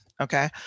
Okay